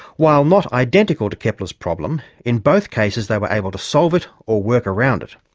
while not identical to kepler's problem, in both cases they were able to solve it or work around it.